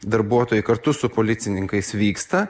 darbuotojai kartu su policininkais vyksta